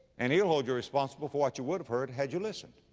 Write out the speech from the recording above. and he'll hold you responsible for what you would have heard had you listened.